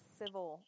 civil